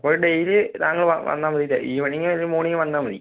അപ്പോൾ ഡെയ്ലി താങ്കൾ വന്നാൽ മതിയല്ലേ ഈവെനിംഗോ അല്ലെങ്കിൽ മോർണിങ്ങോ വന്നാൽ മതി